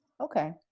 Okay